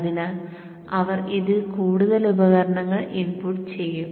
അതിനാൽ അവർ ഇതിൽ കൂടുതൽ ഉപകരണങ്ങൾ ഇൻപുട്ട് ചെയ്യും